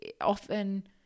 often